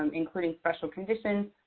um including special conditions,